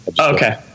Okay